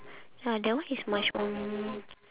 ya that one is much more